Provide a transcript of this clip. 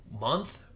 month